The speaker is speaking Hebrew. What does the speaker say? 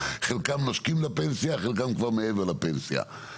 חלקם נושקים לפנסיה וחלקם כבר מעבר לפנסיה.